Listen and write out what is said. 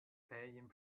playing